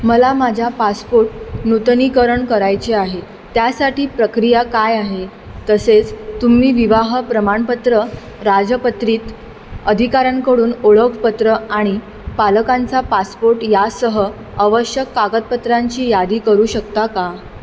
मला माझ्या पासपोर्ट नूतनीकरण करायचे आहे त्यासाठी प्रक्रिया काय आहे तसेच तुम्ही विवाह प्रमाणपत्र राजपत्रित अधिकाऱ्यांकडून ओळखपत्र आणि पालकांचा पासपोर्ट यासह आवश्यक कागदपत्रांची यादी करू शकता का